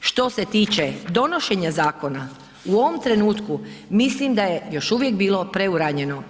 Što se tiče donošenja zakona, u ovom trenutku mislim da je još uvijek bilo preuranjeno.